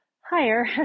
higher